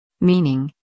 Meaning